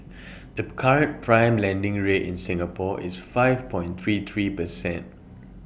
the current prime lending rate in Singapore is five point three three percent